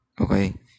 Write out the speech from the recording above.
okay